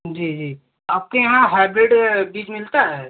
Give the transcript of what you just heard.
जी जी आपके यहाँ हैब्रिड बीज मिलता है